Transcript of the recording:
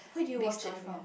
big story behind